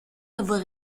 avoir